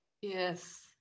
yes